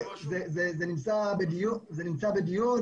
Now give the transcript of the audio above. זה נמצא בדיון,